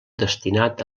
destinat